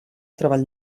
treball